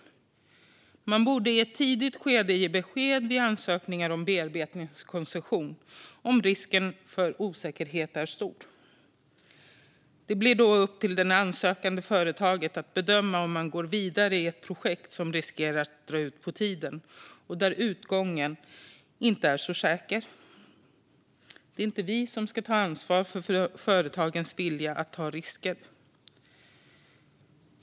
Man borde i ett tidigt skede ge besked vid ansökningar om bearbetningskoncession om risken för osäkerhet är stor. Det blir då upp till det ansökande företaget att bedöma om man vill gå vidare i ett projekt som riskerar att dra ut på tiden, där utgången är osäker. Det är inte vi som ska ta ansvar för företagens vilja att ta risker.